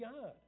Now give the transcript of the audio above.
God